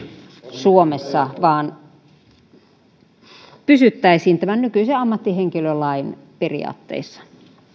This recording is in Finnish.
suomessa vaan että pysyttäisiin tämän nykyisen ammattihenkilölain periaatteissa